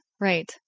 right